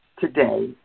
today